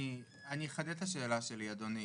אני אחדד את השאלה שלי, אדוני.